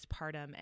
postpartum